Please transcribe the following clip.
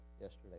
yesterday